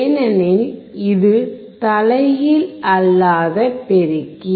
ஏனெனில் இது தலைகீழ் அல்லாத பெருக்கி